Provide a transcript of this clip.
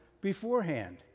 beforehand